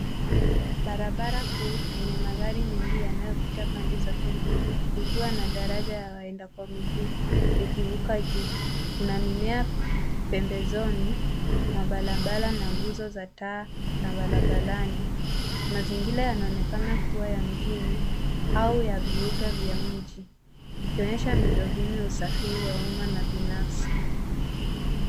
Barabara kuu yenye magari mengi yanayopita pande zote mbili likiwa na daraja ya waenda kwa miguu likivuka juu. Kuna mimea pembezoni, mabarabara na nguzo za taa za barabarani. Mazingira yanaonekana kuwa ya mjini au ya viunga vya mji; ikionyesha miundo mbinu ya usafiri wa umma na binafsi.